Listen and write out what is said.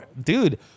dude